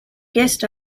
guest